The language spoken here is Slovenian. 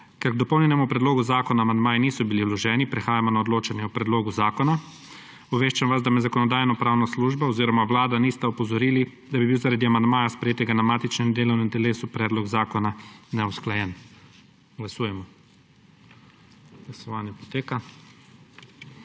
Ker k dopolnjenemu predlogu zakona amandmaji niso bili vloženi, prehajamo na odločanje o predlogu zakona. Obveščam vas, da me Zakonodajno-pravna služba oziroma Vlada nista opozorili, da bi bil zaradi amandmaja, sprejetega na matičnem delovnem telesu, predlog zakona neusklajen. Glasujemo. Navzočih